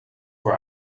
voor